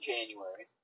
January